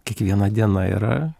kiekviena diena yra